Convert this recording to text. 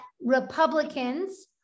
Republicans